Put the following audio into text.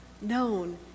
known